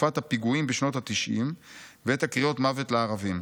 תקופת הפיגועים בשנות התשעים ואת הקריאות 'מוות לערבים',